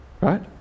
right